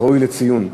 זה ראוי לציון.